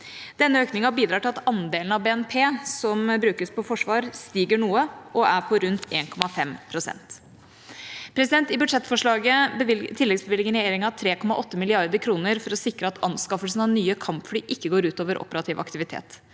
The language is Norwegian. Denne økningen bidrar til at andelen av BNP som brukes på forsvar, stiger noe og er på rundt 1,5 pst. I budsjettforslaget tilleggsbevilger regjeringa 3,8 mrd. kr for å sikre at anskaffelsen av nye kampfly ikke går ut over operativ aktivitet.